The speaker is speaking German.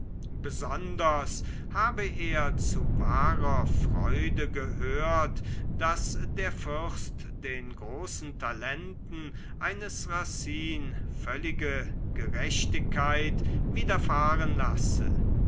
besonders habe er zu wahrer freude gehört daß der fürst den großen talenten eines racine völlige gerechtigkeit widerfahren lasse